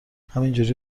همینجوری